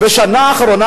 בשנה האחרונה,